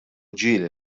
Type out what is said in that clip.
ġieli